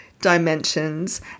dimensions